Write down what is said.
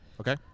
Okay